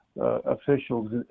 officials